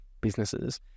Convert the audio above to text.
businesses